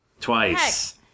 twice